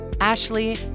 Ashley